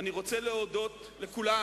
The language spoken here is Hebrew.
אני רוצה להודות לכולם,